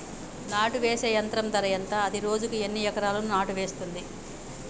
నాటు వేసే యంత్రం ధర ఎంత? అది రోజుకు ఎన్ని ఎకరాలు నాటు వేస్తుంది?